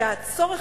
כי הצורך,